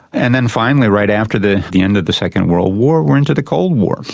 and then finally right after the the end of the second world war we're into the cold war.